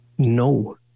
no